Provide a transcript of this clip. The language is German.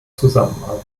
zusammenarbeit